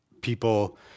people